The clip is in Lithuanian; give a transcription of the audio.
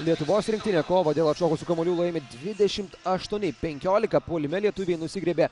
lietuvos rinktinė kovą dėl atšokusių kamuolių laimi dvidešimt aštuoni penkiolika puolime lietuviai nusigriebė